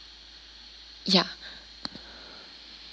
ya